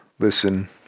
Listen